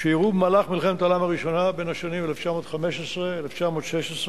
שאירעו במהלך מלחמת העולם הראשונה בשנים 1915 1916,